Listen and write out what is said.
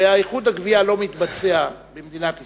איחוד הגבייה לא מתבצע במדינת ישראל,